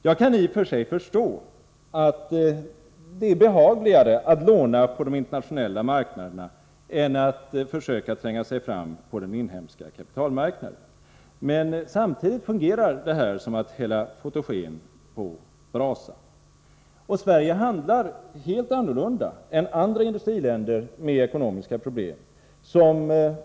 Jag kan i och för sig förstå att det är behagligare att låna på de internationella marknaderna än att försöka tränga sig fram på den inhemska kapitalmarknaden. Men samtidigt fungerar det här som att hälla fotogen på brasan. Sverige handlar helt annorlunda än andra industriländer med ekonomiska problem.